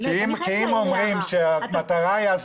כי אם אומרים שהמטרה היא הסברה,